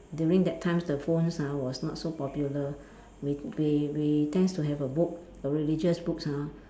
during that time the phones ah are was not so popular we we we tends to have a book a religious books ah